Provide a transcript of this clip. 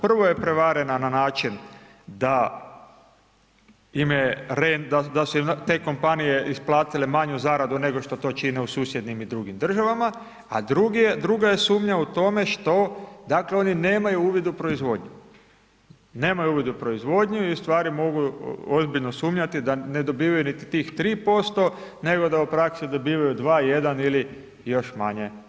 Prvo je prevarena na način da su im te kompanije isplatile manju zaradu nego što to čine u susjednim i drugim državama, a druga je sumnja u tome što, dakle, oni nemaju uvid u proizvodnju, nemaju uvid u proizvodnju i u stvari mogu ozbiljno sumnjati da ne dobivaju niti tih 3%, nego da u praksi dobivaju 2, 1 ili još manje